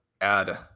add –